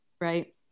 right